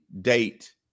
date